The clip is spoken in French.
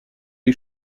est